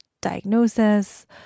diagnosis